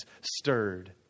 stirred